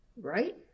right